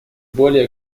более